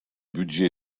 budget